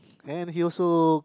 and he also